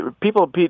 People